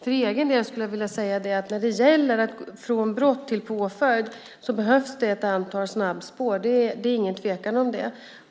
För egen del vill jag säga att när det gäller tiden från brott till påföljd behövs det ett antal snabbspår, det är det ingen tvekan om.